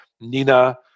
Nina